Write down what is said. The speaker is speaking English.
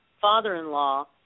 father-in-law